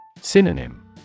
Synonym